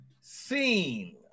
scene